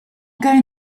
going